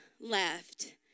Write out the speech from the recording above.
left